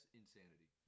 insanity